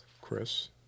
Chris